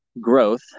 growth